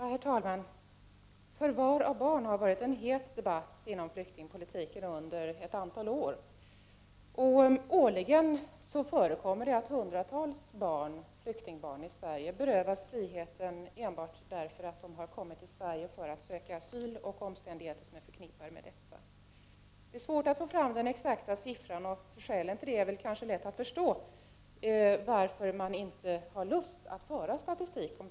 Herr talman! Frågan om förvar av barn har lett till en het debatt inom flyktingpolitiken under ett antal år. Årligen berövas hundratals flyktingbarn friheten i Sverige, enbart för att de har kommit till Sverige för att söka asyl och på grund av omständigheter som är förknippade med detta. Det är svårt att få fram den exakta siffran. Skälen till att man inte har lust att föra statistik om detta är lätta att förstå.